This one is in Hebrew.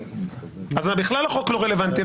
בכלל החוק לא רלוונטי.